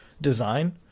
design